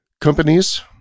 Companies